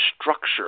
structure